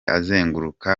azenguruka